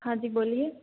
हाँ जी बोलिए